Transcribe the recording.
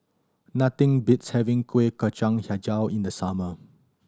nothing beats having Kuih Kacang Hijau in the summer